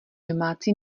domácí